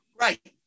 Right